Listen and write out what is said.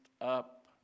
up